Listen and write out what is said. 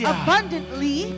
abundantly